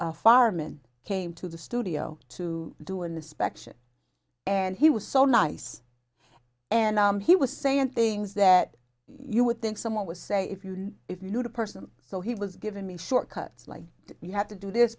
farman came to the studio to do in the spec and he was so nice and he was saying things that you would think someone would say if you if you knew the person so he was giving me short cuts like you have to do this